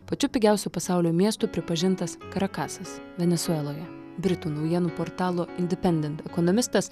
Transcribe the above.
pačiu pigiausiu pasaulio miestu pripažintas karakasas venesueloje britų naujienų portalo independent ekonomistas